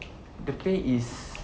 the pay is